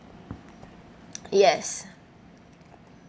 yes